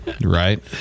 right